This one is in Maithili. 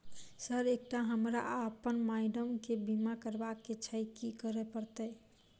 सर एकटा हमरा आ अप्पन माइडम केँ बीमा करबाक केँ छैय की करऽ परतै?